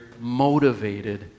motivated